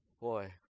boy